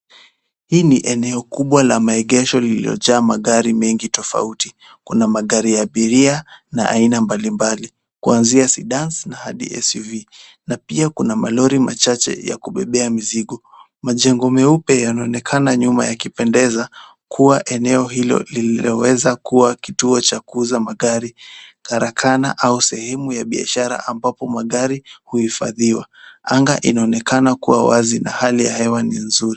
Hii ni eneo kubwa la maegesho lililojaa magari mengi tofauti. Kuna magari ya abiria na aina mbalimbali kuanzia sdas na hadi SUV na pia kuna malori machache ya kubebea mizigo. Majengo meupe yanaonekana nyuma yakipendeza kuwa eneo hilo lililoweza kuwa kituo cha kuuza magari, karakana au sehemu ya biashara ambapo magari huhifadhiwa. Anga inaonekana kuwa wazi na hali ya hewa ni nzuri.